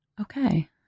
Okay